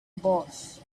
boss